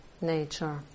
nature